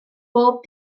bob